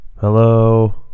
hello